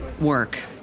work